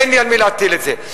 אין לי על מי להטיל את זה.